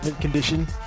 condition